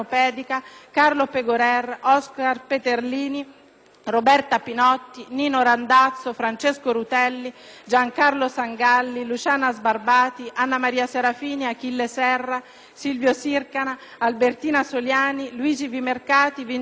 Roberta Pinotti, Nino Randazzo, Francesco Rutelli, Gian Carlo Sangalli, Luciana Sbarbati, Anna Maria Serafini, Achille Serra, Silvio Sircana, Albertina Soliani, Luigi Vimercati, Vincenzo Vita e Luigi Zanda. *(Il senatore